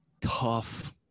tough